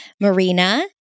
Marina